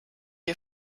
ihr